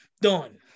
done